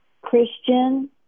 Christian